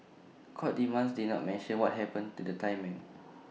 court documents did not mention what happened to the Thai men